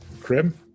crib